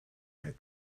had